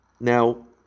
Now